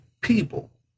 people